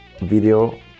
video